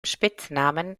spitznamen